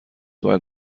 باید